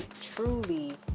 truly